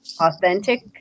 authentic